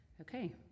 okay